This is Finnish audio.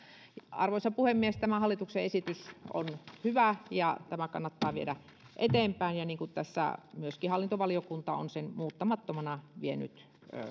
arvoisa puhemies tämä hallituksen esitys on hyvä ja tämä kannattaa viedä eteenpäin niin kuin tässä hallintovaliokunta on sen muuttamattomana